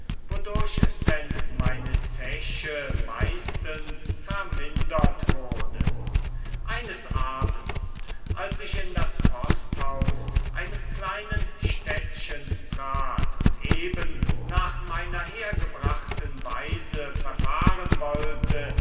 wodurch denn meine zeche meistens vermindert wurde eines abends als ich in das posthaus eines kleinen städtchens trat und eben nach meiner hergebrachten weise verfahren wollte